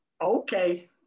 okay